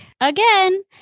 again